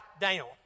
down